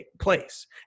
place